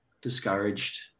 discouraged